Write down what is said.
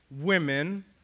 women